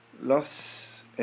Los